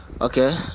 okay